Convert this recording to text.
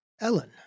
Ellen